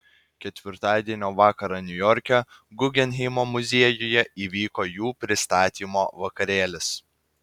ketvirtadienio vakarą niujorke guggenheimo muziejuje įvyko jų pristatymo vakarėlis